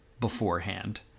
beforehand